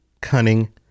cunning